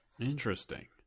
Interesting